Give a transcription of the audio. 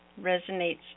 resonates